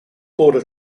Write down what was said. border